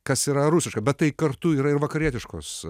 kas yra rusiška bet tai kartu yra ir vakarietiškos